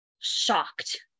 shocked